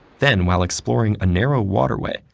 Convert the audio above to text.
then while exploring a narrow waterway,